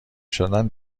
شدن